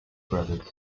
brothers